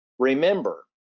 Remember